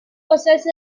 possesso